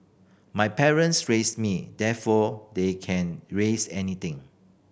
my parents raised me therefore they can raise anything